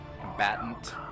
Combatant